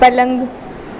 پلنگ